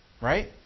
right